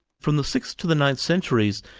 from the sixth to the ninth centuries,